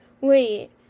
Wait